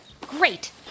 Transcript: Great